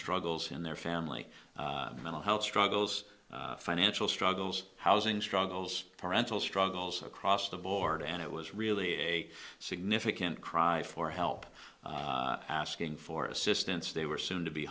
struggles in their family mental health struggles financial struggles housing struggles parental struggles across the board and it was really a significant cry for help asking for assistance they were soon to be